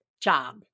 job